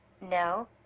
No